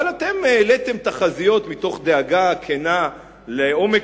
אבל אתם העליתם תחזיות מתוך דאגה כנה לעומק